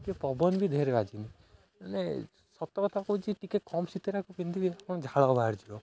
ଟିକେ ପବନ ବି ଦିହରେ ବାଜିନି ମାନେ ସତ କଥା କହୁଛି ଟିକେ କମ୍ ଶୀତରେଆକୁ ପିନ୍ଧିବେ ଆପଣ ଝାଳ ବାହାରି ଯିବ